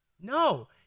No